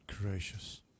gracious